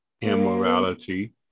immorality